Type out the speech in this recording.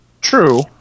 True